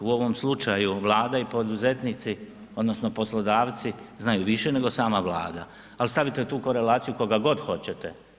U ovom slučaju Vlada i poduzetnici odnosno poslodavci znaju više nego sama Vlada, ali stavite u tu korelaciju koga god hoćete.